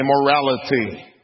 immorality